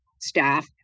staff